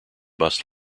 bus